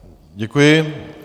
Děkuji.